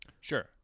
Sure